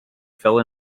fell